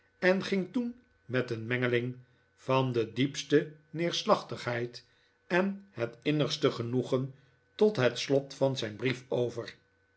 en ging toen met een mengeling van de diepste neerslachtigheid en het innigste genoegen tot het slot van zijn brief over